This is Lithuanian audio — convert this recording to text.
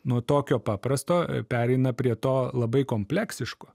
nuo tokio paprasto pereina prie to labai kompleksiško